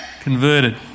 converted